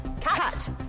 cut